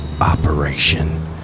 Operation